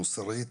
מוסרית,